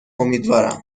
امیدوارم